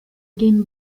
game